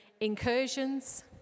incursions